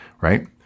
right